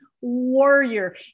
warrior